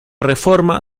reforma